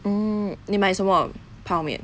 mm 你买什么泡面